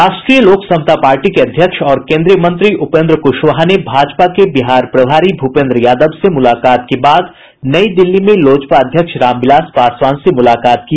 राष्ट्रीय लोकसमता पार्टी के अध्यक्ष और केन्द्रीय मंत्री उपेन्द्र कुशवाहा ने भाजपा के बिहार प्रभारी भूपेन्द्र यादव से मुलाकात के बाद नई दिल्ली में लोजपा अध्यक्ष रामविलास पासवान से मुलाकात की